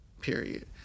Period